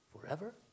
forever